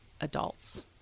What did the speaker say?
adults